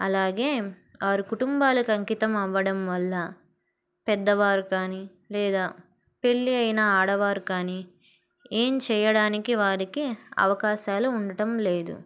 అలాగే వారు కుటుంబాలకి అంకితం అవడం వల్ల పెద్దవారు కానీ లేదా పెళ్ళి అయిన ఆడవారు కానీ ఏం చేయడానికి వారికి అవకాశాలు ఉండటం లేదు